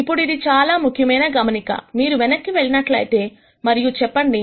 ఇప్పుడు ఇది చాలా ముఖ్యమైన గమనిక మీరు వెనక్కి వెళ్ళినట్లయితే మరియు చెప్పండి